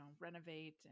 renovate